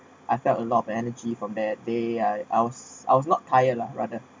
I felt a lot of energy from that day I was I was not tired lah rather